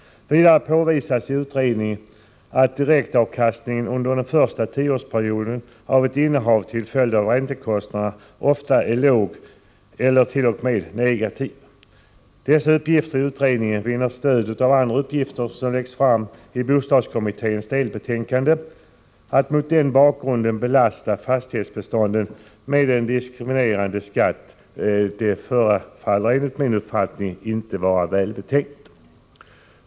Vidare påvisas i utredningen att direktavkastningen under den första tioårsperioden av ett innehav till följd av räntekostnaderna ofta är låg eller t.o.m. negativ. Dessa uppgifter i utredningen vinner stöd av andra uppgifter som läggs fram i bostadskommitténs delbetänkande. Att mot den bakgrunden belasta fastighetsbeståndet med en diskriminerande skatt förefaller enligt min uppfattning inte vara välbetänkt.